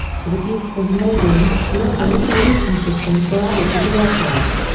to reduce wing loading, load alleviation systems were added to the aircraft.